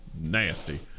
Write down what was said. nasty